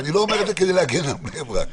אני לא אומר את זה כדי להגן על בני ברק,